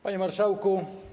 Panie Marszałku!